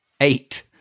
Eight